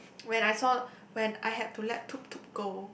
when I saw when I have to let Tutu go